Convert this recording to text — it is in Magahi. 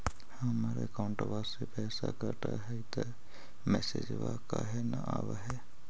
हमर अकौंटवा से पैसा कट हई त मैसेजवा काहे न आव है?